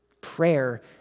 Prayer